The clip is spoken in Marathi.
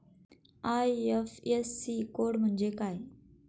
आय.एफ.एस.सी कोड म्हणजे काय?